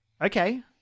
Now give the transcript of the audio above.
okay